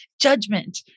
judgment